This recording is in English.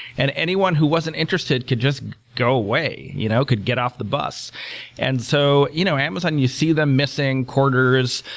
and anyone who wasn't interested could just go away, you know could get off the bus and so you know amazon, you see them missing quarters,